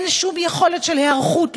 אין שום יכולת של היערכות,